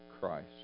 Christ